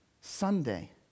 Sunday